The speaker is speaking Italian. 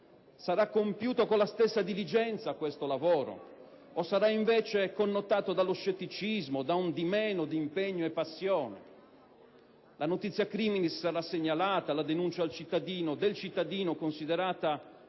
sarà compiuto con la stessa diligenza o sarà invece connotato dallo scetticismo, da minore impegno e passione? La *notitia criminis* sarà segnalata, la denuncia del cittadino considerata